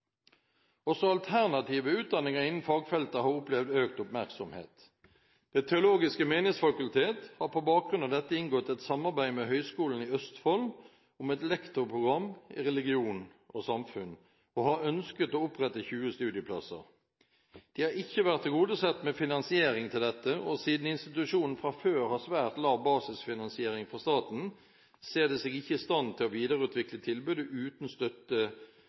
Også alternative utdanninger innen fagfeltet har opplevd økt oppmerksomhet. Det teologiske Menighetsfakultet har på bakgrunn av dette inngått et samarbeid med Høgskolen i Østfold om et lektorprogram i religion og samfunn og har ønsket å opprette 20 studieplasser. De har ikke vært tilgodesett med finansiering til dette, og siden institusjonen fra før har svært lav basisfinansiering fra staten, ser de seg ikke i stand til å videreutvikle tilbudet uten støtte